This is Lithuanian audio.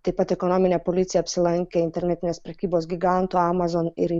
taip pat ekonominė policija apsilankė internetinės prekybos gigantų amazon ir